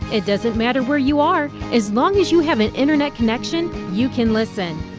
it doesn't matter where you are, as long as you have an internet connection, you can listen.